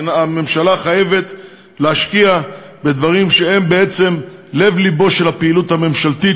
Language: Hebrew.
הממשלה חייבת להשקיע בדברים שהם בעצם לב-לבה של הפעילות הממשלתית,